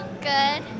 Good